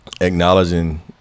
acknowledging